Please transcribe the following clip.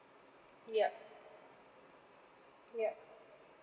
yup yup